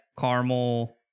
caramel